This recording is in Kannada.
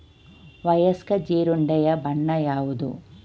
ವಯಸ್ಕ ಜೀರುಂಡೆಯ ಬಣ್ಣ ಯಾವುದು?